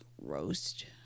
roast